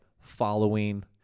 following